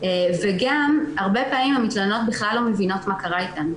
וגם הרבה פעמים המתלוננות בכלל לא מבינות מה קרה אתן.